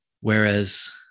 whereas